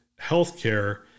healthcare